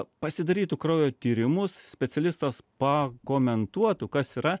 pasidarytų kraujo tyrimus specialistas pakomentuotų kas yra